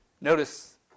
Notice